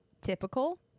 typical